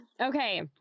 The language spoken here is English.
Okay